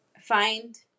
find